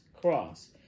cross